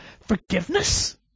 Forgiveness